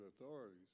authorities